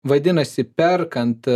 vadinasi perkant